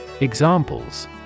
Examples